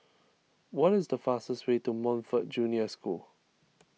what is the fastest way to Montfort Junior School